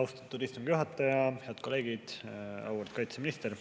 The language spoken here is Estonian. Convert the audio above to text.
Austatud istungi juhataja! Head kolleegid! Auväärt kaitseminister!